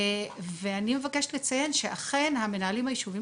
ואני מבקשת לציין שאכן המנהלים היישוביים